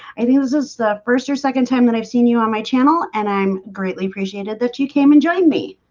i think this is the first or second time that i've seen you on my channel, and i'm greatly appreciated that you came and joined me